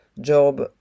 job